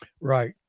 right